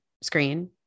screen